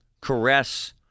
caress